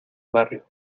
barrio